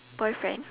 boyfriend